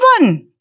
one